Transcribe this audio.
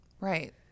Right